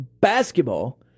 basketball